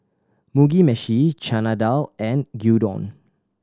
Mugi Meshi Chana Dal and Gyudon